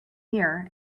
mirror